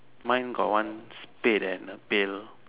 mine got one spade and a pail